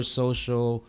social